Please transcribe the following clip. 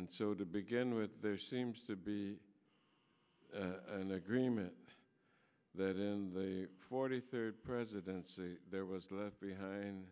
and so to begin with there seems to be an agreement that in the forty third president there was left behind